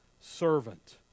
servant